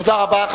תודה רבה.